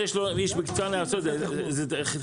אתם תפסידו בכל מחיר,